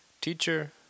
Teacher